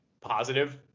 positive